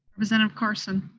representative carson?